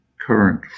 current